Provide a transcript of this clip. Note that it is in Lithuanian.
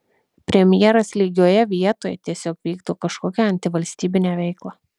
premjeras lygioje vietoj tiesiog vykdo kažkokią antivalstybinę veiklą